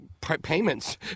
payments